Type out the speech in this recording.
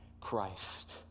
Christ